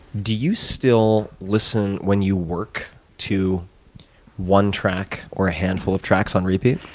do you still listen when you work to one track or a handful of tracks on repeat?